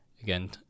again